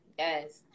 yes